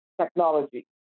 technology